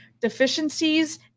Deficiencies